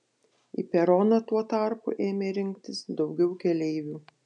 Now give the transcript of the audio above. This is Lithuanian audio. į peroną tuo tarpu ėmė rinktis daugiau keleivių